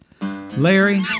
Larry